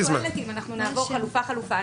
אני רק טוענת אם נעבור חלופה-חלופה.